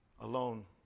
Alone